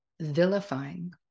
vilifying